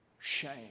shame